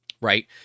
Right